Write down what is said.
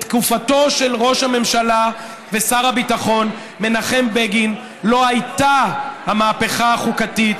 בתקופתו של ראש הממשלה ושר הביטחון מנחם בגין לא הייתה המהפכה החוקתית,